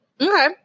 Okay